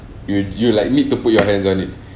you you like you need to put your hands on it